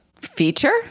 feature